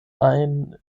ajn